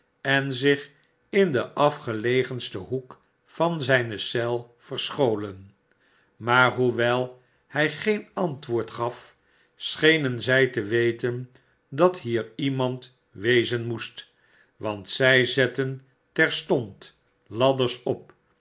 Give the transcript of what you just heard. en zich in den afgelegensten hoek van zijne eel verscholen maar hoewel hij geen antwoord gaf schenen zij te weten dat hier iemand wezen moest want zij zetten terstond ladders op